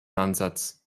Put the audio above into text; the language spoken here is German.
ansatz